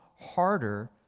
harder